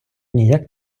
ніяк